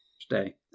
Stay